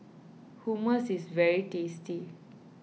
Hummus is very tasty